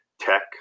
tech